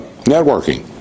networking